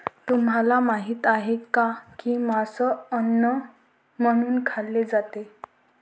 तुम्हाला माहित आहे का की मांस अन्न म्हणून खाल्ले जाते?